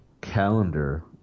calendar